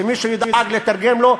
שמישהו ידאג לתרגם לו: